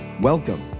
Welcome